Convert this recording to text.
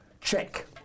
Check